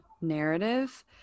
narrative